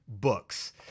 books